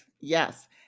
Yes